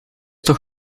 toch